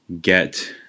get